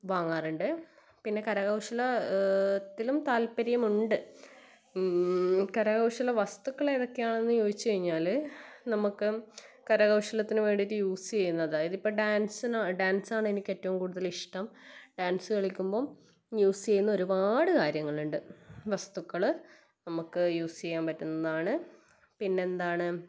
വാങ്ങാറുണ്ട് പിന്നെ കരകൗശലത്തിലും താല്പര്യമുണ്ട് കരകൗശല വസ്തുക്കൾ ഏതൊക്കെയാണെന്ന് ചോദിച്ച് കഴിഞ്ഞാൽ നമുക്ക് കരകൗശലത്തിന് വേണ്ടിയിട്ട് യൂസ് ചെയ്യുന്നത് അതായത് ഇപ്പം ഡാൻസിന് ഡാൻസാണ് എനിക്ക് ഏറ്റവും കൂടുതല് ഇഷ്ടം ഡാൻസ് കളിക്കുമ്പം യൂസ് ചെയ്യുന്ന ഒരുപാട് കാര്യങ്ങളുണ്ട് വസ്തുക്കൾ നമുക്ക് യൂസ് ചെയ്യാൻ പറ്റുന്നതാണ് പിന്നെന്താണ്